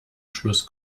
schluss